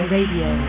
Radio